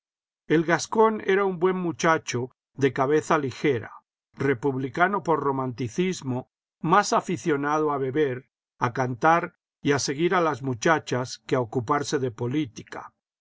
el gascón era un buen muchacho de cabeza ligera republicano por romanticismo más aficionado a beber a cantar y a seguir a las muchachas que a ocuparse de política